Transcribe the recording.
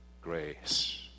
grace